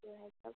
जो है सब